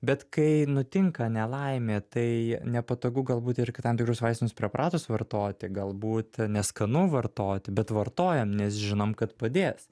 bet kai nutinka nelaimė tai nepatogu galbūt ir kitam tikrus vaistinius preparatus vartoti gal būt neskanu vartoti bet vartojam nes žinom kad padės